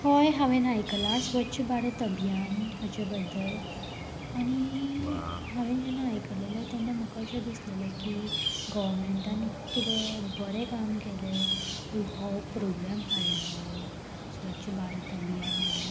हय हांवेन आयकलां स्वच्छ भारत अभियान हाचे बद्दल आनी हांवेन जेन्ना आयकलेलें तेन्ना म्हाका अशें दिसलेलें की गोवमेंटान किदें बरें काम केलें हो प्रोग्राम हाडलो स्वच्छ भारत अभियान म्हणून